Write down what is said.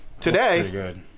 today